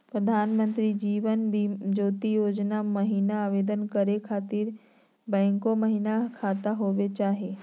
प्रधानमंत्री जीवन ज्योति योजना महिना आवेदन करै खातिर बैंको महिना खाता होवे चाही?